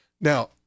Now